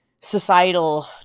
societal